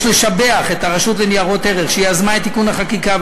יש לשבח את הרשות לניירות ערך שיזמה את תיקון החקיקה,